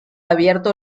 abierto